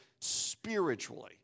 spiritually